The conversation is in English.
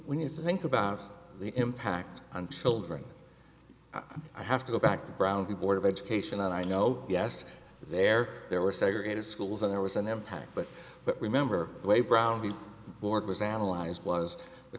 when you think about the impact on children i have to go back to brown v board of education and i know yes there there were segregated schools and there was an impact but but remember the way brown v board was analyzed was the